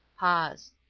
pause.